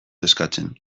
eskatzen